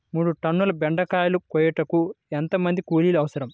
మూడు టన్నుల బెండకాయలు కోయుటకు ఎంత మంది కూలీలు అవసరం?